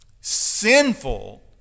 sinful